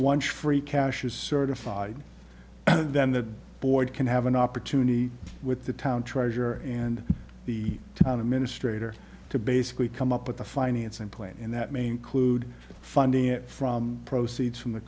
once free cash is certified then the board can have an opportunity with the town treasurer and the town administrator to basically come up with the financing plan and that may include funding it from proceeds from the